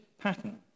pattern